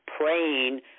praying